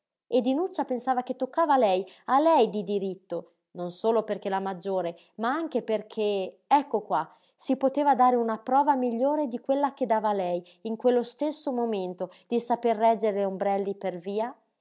e dinuccia pensava che toccava a lei a lei di diritto non solo perché la maggiore ma anche perché ecco qua si poteva dare una prova migliore di quella che dava lei in quello stesso momento di saper reggere ombrelli per via